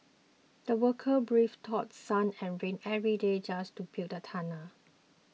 the workers braved through sun and rain every day just to build the tunnel